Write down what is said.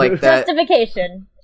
justification